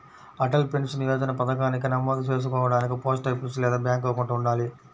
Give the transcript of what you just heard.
Atal pension Yojana పథకానికి నమోదు చేసుకోడానికి పోస్టాఫీస్ లేదా బ్యాంక్ అకౌంట్ ఉండాలి